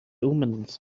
omens